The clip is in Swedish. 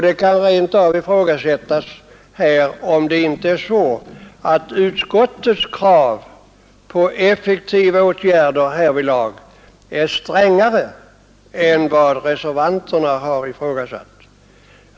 Det kan rent av ifrågasättas om inte utskottets krav på effektiva åtgärder är strängare än reservanternas.